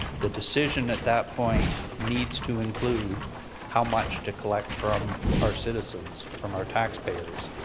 the decision at that point needs to include how much to collect from our citizens, from our taxpayers.